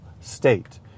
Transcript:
state